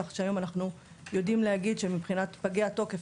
כך שהיום אנחנו יודעים להגיד שמבחינת פגי תוקף,